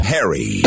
Harry